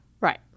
Right